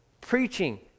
preaching